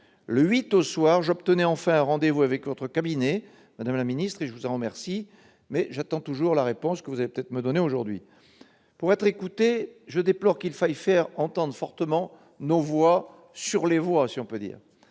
au soir, j'obtenais enfin un rendez-vous avec votre cabinet, madame la ministre. Je vous en remercie, mais j'attends toujours une réponse, que vous allez peut-être m'apporter aujourd'hui. Je déplore qu'il faille faire entendre fortement « nos voix sur les voies » pour être